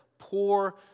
poor